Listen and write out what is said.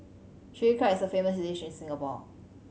Chilli Crab is a famous dish in Singapore